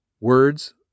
Words